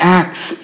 acts